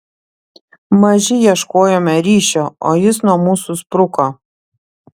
maži ieškojome ryšio o jis nuo mūsų spruko